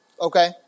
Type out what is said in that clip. okay